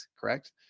correct